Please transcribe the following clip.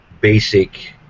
basic